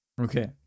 Okay